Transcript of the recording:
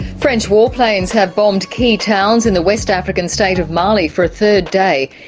french warplanes have bombed key towns in the west african state of mali for a third day.